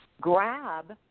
grab